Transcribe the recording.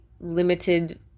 limited